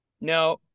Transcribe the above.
No